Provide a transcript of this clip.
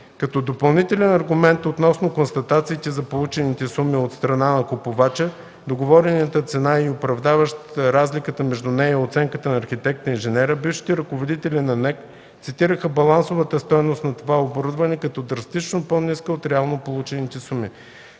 Като допълнителен аргумент относно констатациите за получените суми от страна на купувача, договорената цена и оправдаващ разликата между нея и оценката на архитект-инженера, бившите ръководители на НЕК цитираха балансовата стойност на това оборудване като драстично по-ниска от реално получените суми.